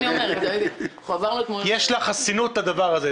יש לך חסינות על הדבר הזה.